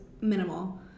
minimal